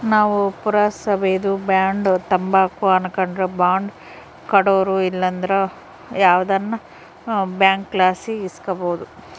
ನಾವು ಪುರಸಬೇದು ಬಾಂಡ್ ತಾಂಬಕು ಅನಕಂಡ್ರ ಬಾಂಡ್ ಕೊಡೋರು ಇಲ್ಲಂದ್ರ ಯಾವ್ದನ ಬ್ಯಾಂಕ್ಲಾಸಿ ಇಸ್ಕಬೋದು